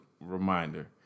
reminder